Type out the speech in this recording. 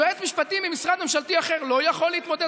יועץ משפטי ממשרד ממשלתי אחר לא יכול להתמודד,